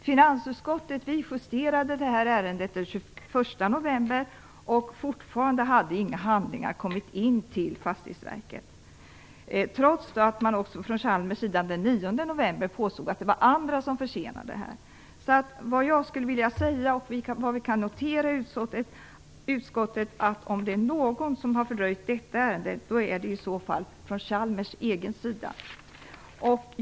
Finansutskottet justerade det här ärendet den 21 november, och då hade fortfarande inga handlingar kommit in till Fastighetsverket, trots att man från Chalmers sida den 9 november påstod att det var andra som försenade detta. Om det är någon som har fördröjt detta ärende är det Chalmers.